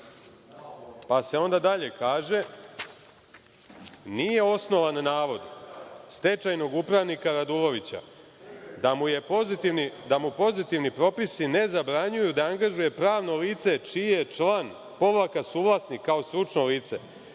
pa se onda dalje kaže – nije osnovan navod stečajnog upravnika Radulovića da mu pozitivni propisi ne zabranjuju da angažuje pravno lice, čiji je član povlaka suvlasnik kao stručno lice. Svako